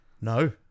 No